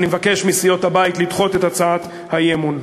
אני מבקש מסיעות הבית לדחות את הצעת האי-אמון.